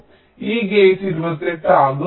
അതിനാൽ ഈ ഗേറ്റ് 28 ആകും